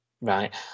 right